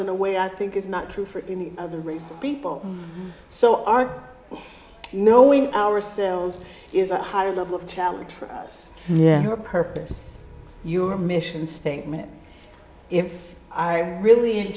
in a way i think is not true for any other race of people so our knowing ourselves is a higher level of challenge for us yeah her purpose your mission statement if i really